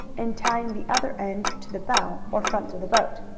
and tying the other end to the bow, or front of the boat.